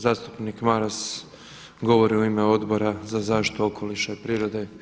Zastupnik Maras govori u ime Odbora za zaštitu okoliša i prirode.